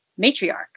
matriarch